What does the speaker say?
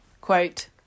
Quote